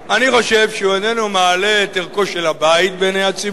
אני חושב שהוא איננו מעלה את ערכו של הבית בעיני הציבור.